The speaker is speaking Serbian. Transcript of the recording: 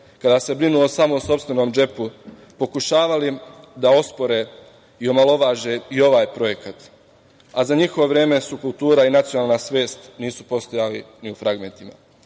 kada se brinulo samo o sopstvenom džepu, pokušavali da ospore i omalovaže i ovaj projekat, a za njihovo vreme kultura i nacionalna svest nisu postojali ni u fragmentima.